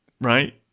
right